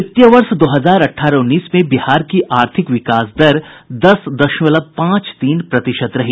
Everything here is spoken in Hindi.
वित्तीय वर्ष दो हजार अठारह उन्नीस में बिहार की आर्थिक विकास दर दस दशमलव पांच तीन प्रतिशत रही